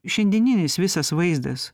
šiandieninis visas vaizdas